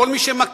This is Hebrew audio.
כל מי שמכיר,